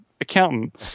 accountant